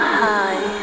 high